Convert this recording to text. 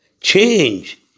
change